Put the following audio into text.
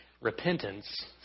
repentance